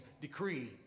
decree